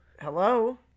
Hello